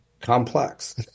complex